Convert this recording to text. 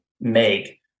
make